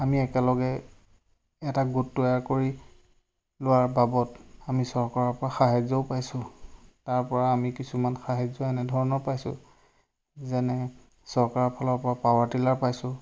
আমি একেলগে এটা গোট তৈয়াৰ কৰি লোৱাৰ বাবত আমি চৰকাৰৰ পৰা সাহাৰ্য্যও পাইছোঁ তাৰপৰা আমি কিছুমান সাহাৰ্য্য এনেধৰণৰ পাইছোঁ যেনে চৰকাৰৰ ফালৰ পৰা পাৱাৰ টিলাৰ পাইছোঁ